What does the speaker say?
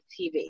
TV